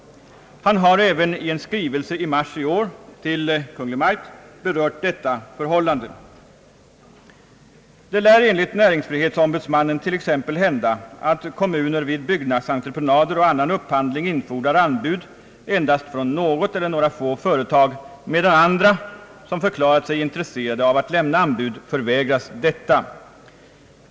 Han har även i en skrivelse i mars i år till Kungl. Maj:t berört detta förhållande. Det lär enligt näringsfrihetsombudsmannen t.ex. hända att kommuner vid byggnadsentreprenader och annan upphandling infordrar anbud endast från något eller några få företag, medan andra, som förklarat sig intresserade av att lämna anbud, förvägras detta.